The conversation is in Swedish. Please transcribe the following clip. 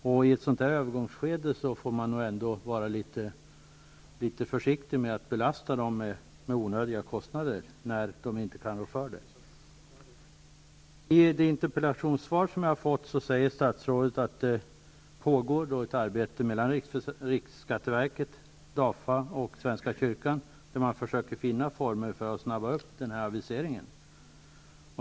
I ett övergångsskede får man nog ändå vara litet försiktig med att belasta dem med onödiga kostnader när de inte kan rå för det. I det interpellationssvar som jag har fått säger statsrådet att det pågår ett arbete mellan riksskatteverket, DAFA och svenska kyrkan där man försöker finna former för att snabba upp aviseringen.